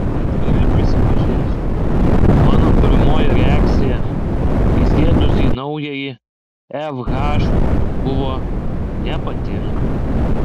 atvirai prisipažinsiu mano pirmoji reakcija įsėdus į naująjį fh buvo nepatinka